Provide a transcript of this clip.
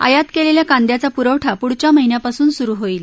आयात केलेल्या कांद्याचा पुरवठा पुढच्या महिन्यापासून सुरु होईल